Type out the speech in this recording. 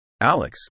Alex